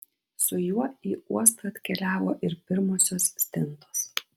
su juo į uostą atkeliavo ir pirmosios stintos